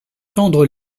tendre